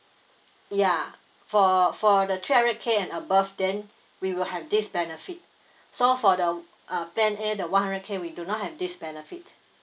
ya for for the three hundred K and above then we will have this benefit so for the uh plan A the one hundred K we do not have this benefit